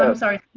so sorry.